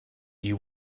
you